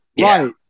Right